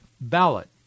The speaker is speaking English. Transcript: ballot